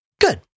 Good